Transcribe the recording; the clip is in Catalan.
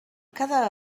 cada